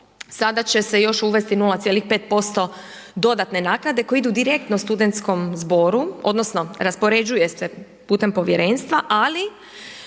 sada će se još uvesti 0,5% dodatne naknade koji idu direktno studentskom zboru odnosno raspoređuje se putem povjerenstva ali